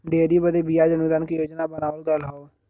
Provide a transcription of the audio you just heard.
dairy बदे बियाज अनुदान के योजना बनावल गएल हौ